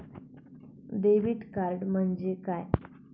Debit card म्हणजे काय?